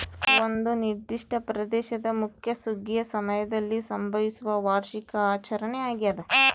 ಒಂದು ನಿರ್ದಿಷ್ಟ ಪ್ರದೇಶದ ಮುಖ್ಯ ಸುಗ್ಗಿಯ ಸಮಯದಲ್ಲಿ ಸಂಭವಿಸುವ ವಾರ್ಷಿಕ ಆಚರಣೆ ಆಗ್ಯಾದ